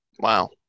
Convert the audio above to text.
Wow